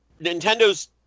Nintendo's